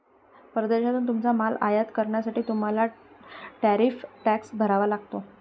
परदेशातून तुमचा माल आयात करण्यासाठी तुम्हाला टॅरिफ टॅक्स भरावा लागतो